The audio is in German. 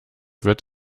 wird